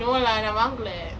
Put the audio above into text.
no lah நான் வாங்கலே:naan vaangale